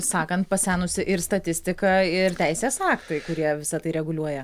sakant pasenusi ir statistika ir teisės aktai kurie visa tai reguliuoja